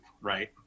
Right